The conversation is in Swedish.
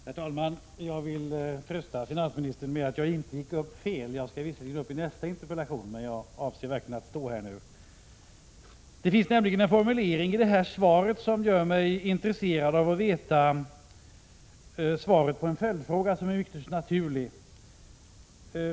Herr talman! Jag vill trösta finansministern med att jag inte gick upp i debatt vid fel tidpunkt. Jag skall visserligen få svar på min interpellation om en stund, men jag avser verkligen att nu från denna talarstol kommentera detta interpellationssvar. Det finns nämligen en formulering i svaret som gör mig intresserad av att få svar på en följdfråga som är ytterst naturlig.